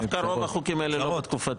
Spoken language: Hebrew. דווקא רוב החוקים האלה לא בתקופתי.